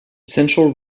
central